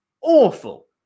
awful